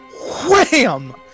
wham